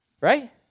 Right